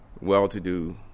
well-to-do